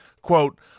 quote